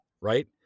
right